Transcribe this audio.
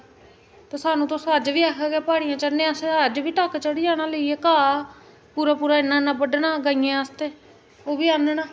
ते सानूं तुस अज्ज बी आखगे प्हाड़ियां चढ़ने आस्तै ते अस अज्ज बी ढ'क्क चढ़ी जाना लेइयै घाऽ पूरा पूरा इ'न्ना इ'न्ना बड्ढना गाइयें आस्तै ओह् बी आह्नना